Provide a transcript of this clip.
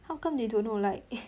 how come they don't know like